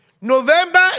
November